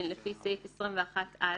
אם היית יודע כמה מאמץ מנהל הוועדה,